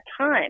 time